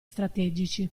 strategici